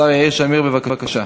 השר יאיר שמיר, בבקשה.